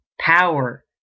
Power